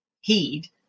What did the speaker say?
heed